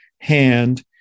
hand